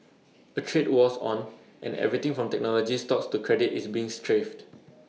A trade war's on and everything from technology stocks to credit is being strafed